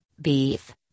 beef